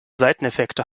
seiteneffekte